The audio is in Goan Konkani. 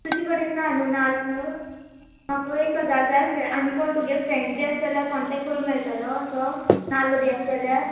तुजे कडेन ना न्हू नाल्ल म्हाका एक हजार जाय आसले आनी कोण तुगे फ्रँड बी आसा जाल्या कॉण्टॅक्ट करूं मेळटलो असो नाल्ल बी आसा जाल्या